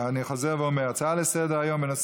כחודש דיברה איתי סלאם, וביקשה שאעזור לה.